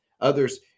others